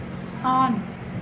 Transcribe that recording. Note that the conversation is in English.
on